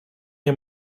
nie